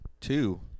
two